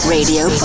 Radio